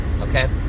okay